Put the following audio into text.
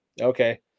okay